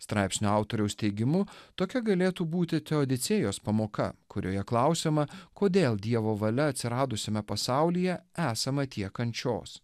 straipsnio autoriaus teigimu tokia galėtų būti teodicėjos pamoka kurioje klausiama kodėl dievo valia atsiradusiame pasaulyje esama tiek kančios